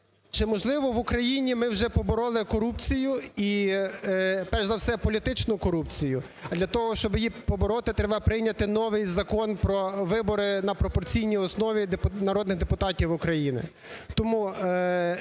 Чи, можливо, в Україні ми вже побороли корупцію і перш за все політичну корупцію? Для того, щоб її побороти треба прийняти новий Закон про вибори на пропорційній основі народних депутатів України.